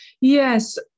Yes